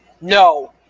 no